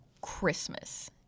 Christmas